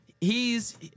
He's-